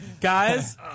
Guys